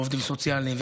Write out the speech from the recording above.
לעובדים סוציאליים,